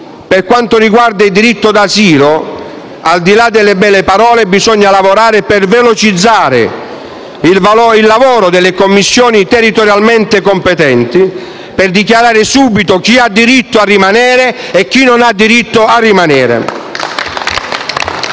Per quanto riguarda il diritto d'asilo, al di là delle belle parole, bisogna lavorare per velocizzare il lavoro delle commissioni territorialmente competenti per stabilire subito chi ha diritto di rimanere e chi non vi ha diritto.